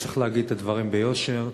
צריך להגיד את הדברים ביושר.